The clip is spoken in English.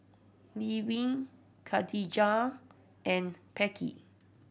Levin Khadijah and Becky